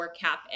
cap